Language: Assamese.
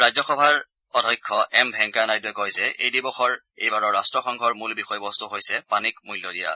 ৰাজ্যসভাত অধ্যক্ষ এম ভেংকায়া নাইডুৱে কয় যে এই দিৱসৰ এইবাৰৰ ৰাট্টসংঘৰ মূল বিষয়বস্তু হৈছে পানীক মূল্য দিয়া